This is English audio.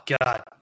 god